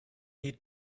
need